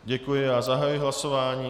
Děkuji a zahajuji hlasování.